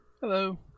Hello